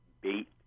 bait